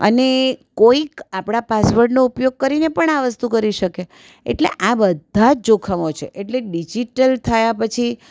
અને કોઈક આપણા પાસવર્ડનો ઉપયોગ કરીને પણ આ વસ્તુ કરી શકે એટલે આ બધા જ જોખમો છે એટલે ડિજિટલ થયા પછી